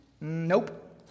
Nope